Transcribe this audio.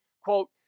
Quote